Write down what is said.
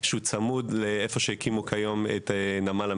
שצמוד למקום שהקימו כיום את נמל המפרץ.